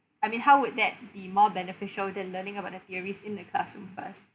I mean how would that be more beneficial than learning about their theories in the classroom first